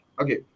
Okay